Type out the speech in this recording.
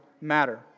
matter